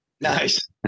Nice